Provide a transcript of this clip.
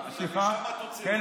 אבל אני